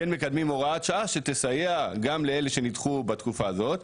כן מקדמים הוראת שעה שתסייע גם לאלה שנדחו בתקופה הזאת,